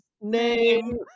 name